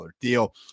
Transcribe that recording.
deal